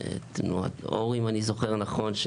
אם אני זוכר נכון,